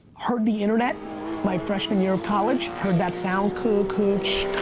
heard the internet my freshman year of college, heard that sound, cuh, cuh, chee,